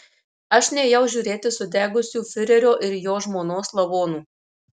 aš nėjau žiūrėti sudegusių fiurerio ir jo žmonos lavonų